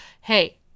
hey